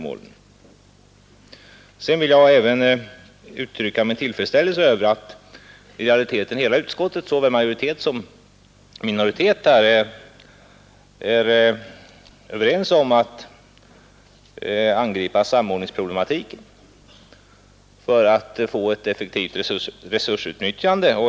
Nr 73 Jag vill uttrycka min tillfredsställelse över att i realiteten hela Torsdagen den utskottet — såväl majoritet som minoritet — är enigt om att man skall 4 maj 1972 angripa samordningsproblematiken för att få ett effektivt resursutnytta jande.